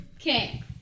Okay